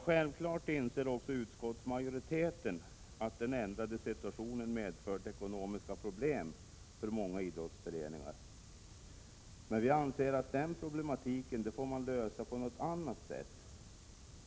Självfallet inser också utskottsmajoriteten att den ändrade situationen medfört ekonomiska problem för många idrottsföreningar. Den problematiken får man dock lösa på något annat sätt.